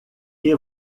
que